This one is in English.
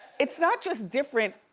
it's not just different,